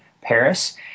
paris